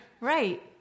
Right